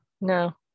no